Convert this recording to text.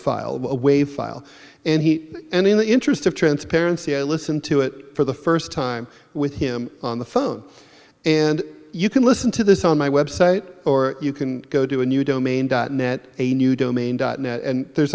file away file and he and in the interest of transparency i listen to it for the first time with him on the phone and you can listen to this on my website or you can go to a new domain dot net a new domain dot net and there's